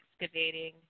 excavating